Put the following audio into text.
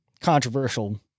Controversial